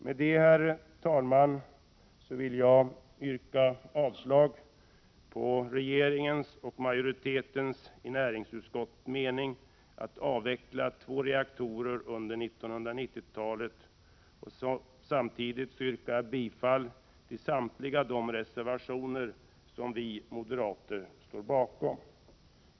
Med detta vill jag, herr talman, yrka avslag på regeringens och majoritetens i näringsutskottet mening att avveckla två reaktorer under 1990-talet, och yrka bifall till samtliga de reservationer som vi moderater står bakom.